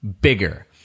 bigger